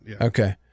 Okay